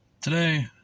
Today